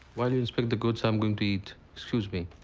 while you inspect the goods, i'm going to eat. excuse me.